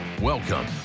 Welcome